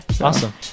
awesome